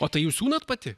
o tai jūs siūnat pati